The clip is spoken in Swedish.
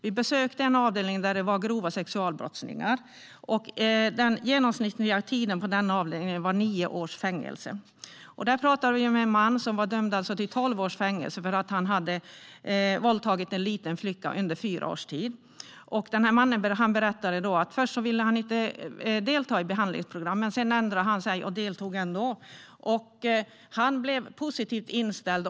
Vi besökte en avdelning där det satt grova sexualbrottslingar. Den genomsnittliga tiden på denna avdelning var nio års fängelse. Där pratade vi med en man som var dömd till tolv års fängelse för att han hade våldtagit en liten flicka under fyra års tid. Mannen berättade att han först inte velat delta i något behandlingsprogram men att han sedan ändrat sig och ändå deltagit och blivit positivt inställd.